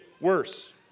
worse